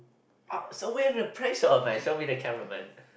I'll so where the pressure of mine show me the camera man